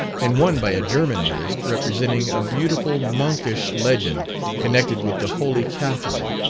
and one by a german artist representing a beautiful monkish legend connected with the holy catherine,